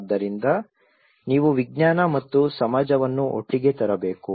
ಆದ್ದರಿಂದ ನೀವು ವಿಜ್ಞಾನ ಮತ್ತು ಸಮಾಜವನ್ನು ಒಟ್ಟಿಗೆ ತರಬೇಕು